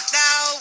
now